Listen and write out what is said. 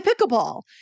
pickleball